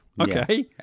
Okay